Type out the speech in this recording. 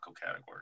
category